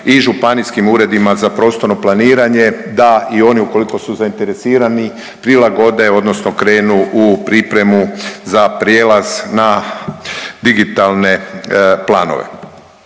i županijskim uredima za prostorno planiranje da i oni ukoliko su zainteresirani prilagode odnosno krenu u pripremu za prijelaz na digitalne planove.